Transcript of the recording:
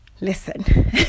listen